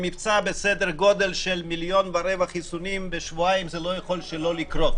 במבצע בסדר גודל של מיליון ורבע חיסונים בשבועיים זה לא יכול שלא לקרות.